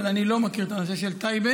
אבל אני לא מכיר את הנושא של טייבה.